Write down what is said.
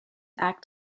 act